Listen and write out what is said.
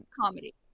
comedy